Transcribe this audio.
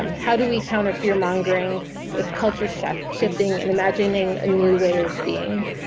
um how do we counter fear-mongering with culture shifting shifting and imagining a new way of being?